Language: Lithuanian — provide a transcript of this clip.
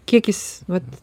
kiek jis vat